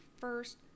first